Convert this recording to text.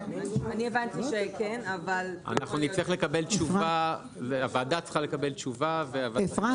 אבל הוא גם מקבל שכירות על המכסה וגם התפנה